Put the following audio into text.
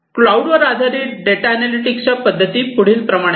cloud वर आधारित data analytics पद्धती पुढील प्रमाणे आहेत